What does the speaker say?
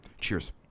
Cheers